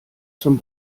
zum